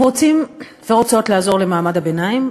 אם רוצים ורוצות לעזור למעמד הביניים,